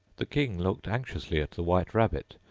the king looked anxiously at the white rabbit,